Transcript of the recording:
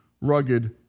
rugged